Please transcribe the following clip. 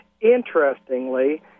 Interestingly